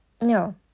no